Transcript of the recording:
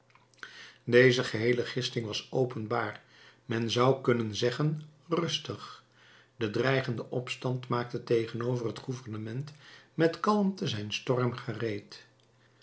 deze geheele gisting was openbaar men zou kunnen zeggen rustig de dreigende opstand maakte tegenover het gouvernement met kalmte zijn storm gereed